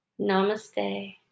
Namaste